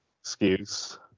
excuse